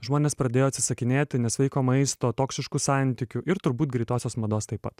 žmonės pradėjo atsisakinėti nesveiko maisto toksiškų santykių ir turbūt greitosios mados taip pat